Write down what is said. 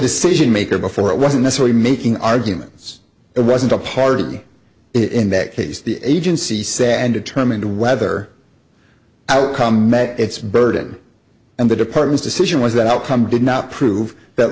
decision maker before it was necessary making arguments it wasn't a party in that case the agency said and determined whether outcome met its burden and the department's decision was that outcome did not prove that